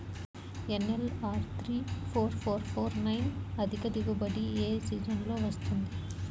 NLR three four four four nine అధిక దిగుబడి ఏ సీజన్లలో వస్తుంది?